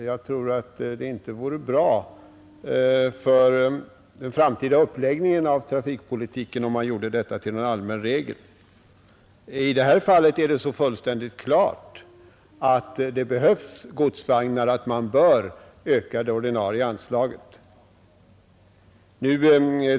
Jag tror att det inte vore bra för den framtida uppläggningen av trafikpolitiken om man gjorde detta till någon allmän regel. I det här fallet är det så fullständigt klart att det behövs godsvagnar, att man bör öka det ordinarie anslaget.